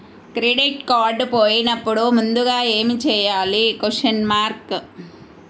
Credit card పోయినపుడు ముందుగా ఏమి చేయాలి?